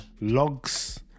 logs